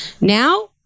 Now